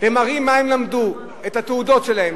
ומראים מה הם למדו, את התעודות שלהם,